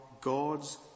God's